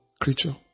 creature